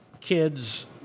kids